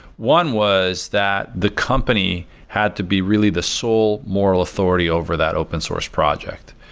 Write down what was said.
one was that the company had to be really the sole moral authority over that open source project.